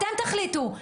אתם תחליטו,